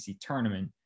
tournament